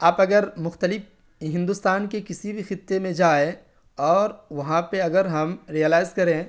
آپ اگر مختلف ہندوستان کے کسی بھی خطے میں جائیں اور وہاں پہ اگر ہم ریئلائز کریں